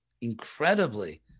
incredibly